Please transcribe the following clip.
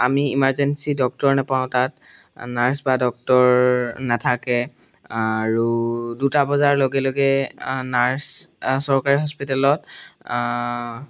আমি emergency doctor নাপাওঁ তাত নাৰ্ছ বা ডক্টৰ নাথাকে আৰু দুটা বজাৰ লগে লগে নাৰ্চ চৰকাৰী হস্পিটেলত